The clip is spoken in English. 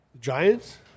Giants